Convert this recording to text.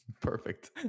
perfect